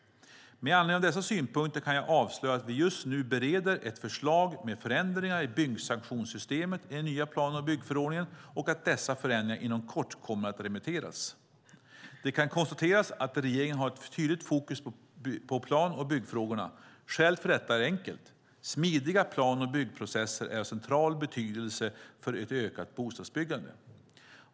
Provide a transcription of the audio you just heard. Med anledning av dessa synpunkter kan jag avslöja att vi just nu bereder ett förslag med förändringar i byggsanktionssystemet i den nya plan och byggförordningen och att dessa förändringar inom kort kommer att remitteras. Det kan konstateras att regeringen har ett tydligt fokus på plan och byggfrågorna. Skälet för detta är enkelt. Smidiga plan och byggprocesser är av central betydelse för ett ökat bostadsbyggande.